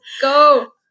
go